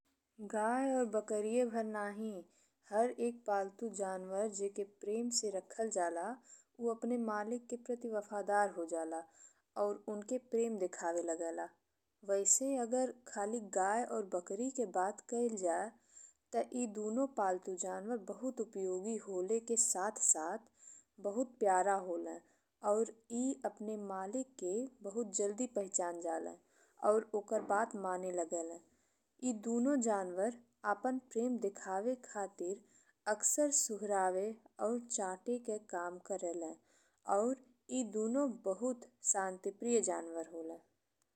गाय और बकरिया भर नहीं हर एक पालतू जानवर जेके प्रेम से रखल जाला। ऊ अपने मालिक के प्रति वफादार हो जाला और उनके प्रेम देखावे लागेला। वइसे अगर खाली गाय और बकरी के बात कइल जाए, ते ई दुनो पालतू जानवर बहुत उपयोगी होले के साथ साथ बहुत प्यारा होले और ई अपने मालिक के बहुत जल्दी पहचान जाले और ओकर बात माने लागेले। ई दुनो जनावर अपन प्रेम देखवे खातिर अक्सर सुहरावे और चाटे के काम करेले और ई दुनो बहुत शांतिप्रिय जनावर होले।